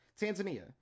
Tanzania